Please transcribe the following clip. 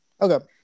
Okay